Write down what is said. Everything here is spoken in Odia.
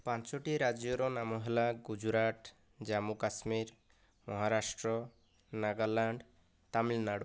ପାଞ୍ଚୋଟି ରାଜ୍ୟର ନାମ ହେଲା ଗୁଜୁରାଟ ଜାମ୍ମୁ କାଶ୍ମୀର ମହାରାଷ୍ଟ୍ର ନାଗାଲାଣ୍ଡ ତାମିଲନାଡ଼ୁ